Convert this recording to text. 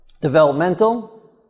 Developmental